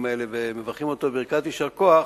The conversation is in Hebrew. האלה ומברכים אותו בברכת יישר כוח,